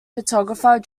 photographer